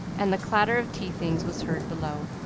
and the clatter of tea-things was heard below.